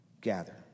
gather